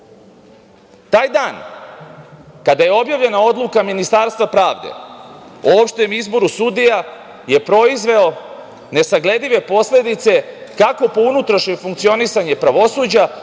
dan kada je objavljena odluka Ministarstva pravde o opštem izboru sudija je proizveo nesagledive posledice, kako po unutrašnje funkcionisanje pravosuđa,